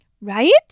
right